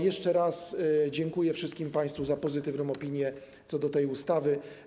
Jeszcze raz dziękuję wszystkim państwu za pozytywną opinię co do tej ustawy.